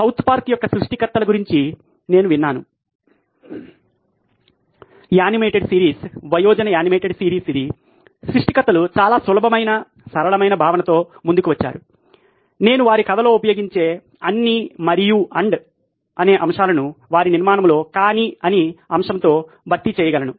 south Park యొక్క సృష్టికర్తల గురించి నేను విన్నాను యానిమేటెడ్ సిరీస్ వయోజన యానిమేటెడ్ సిరీస్ సృష్టికర్తలు చాలా సులభమైన సరళమైన భావనతో ముందుకు వచ్చారు నేను వారి కథలో ఉపయోగించే అన్ని "మరియు" లను వారి నిర్మాణంలో "కానీ" అనే అంశంతో భర్తీ చేయగలను